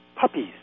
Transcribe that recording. puppies